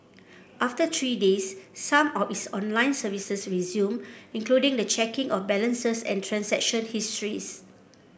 after three days some of its online services resumed including the checking of balances and transaction histories